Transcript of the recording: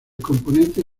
componente